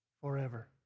forever